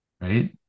right